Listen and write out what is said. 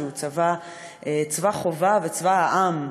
שהוא צבא חובה וצבא העם,